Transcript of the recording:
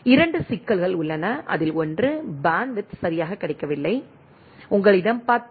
2 சிக்கல்கள் உள்ளன அதில் ஒன்று பேண்ட்வித் சரியாக கிடைக்கவில்லை உங்களிடம் 10 எம்